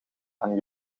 aan